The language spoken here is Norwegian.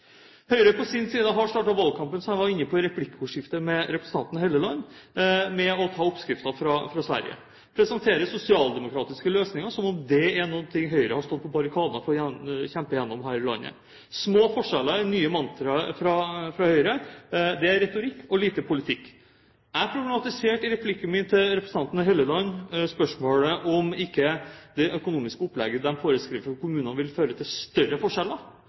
med representanten Helleland, med å ta oppskriften fra Sverige og presentere sosialdemokratiske løsninger – som om det er noe som Høyre har stått på barrikadene for å kjempe gjennom her i landet! Små forskjeller er det nye mantraet fra Høyre. Det er retorikk og lite politikk. Jeg problematiserte i replikken min til representanten Helleland spørsmålet om ikke det økonomiske opplegget de foreskriver kommunene, vil føre til større forskjeller.